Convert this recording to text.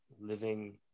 living